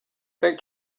take